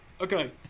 Okay